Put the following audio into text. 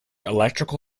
electrical